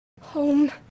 Home